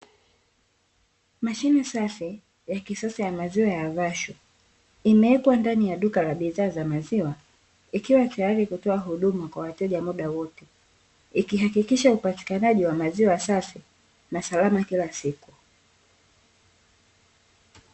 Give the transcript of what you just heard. Mashine safi ya kisasa ya maziwa ya Vashu imewekwa ndani ya duka la bidhaa za maziwa, ikiwa tayari kutoa huduma kwa wateja muda wote, ikihakikisha upatikanaji wa maziwa safi na salama kila siku.